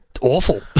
awful